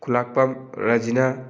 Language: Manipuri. ꯈꯨꯜꯂꯥꯛꯄꯝ ꯔꯖꯤꯅꯥ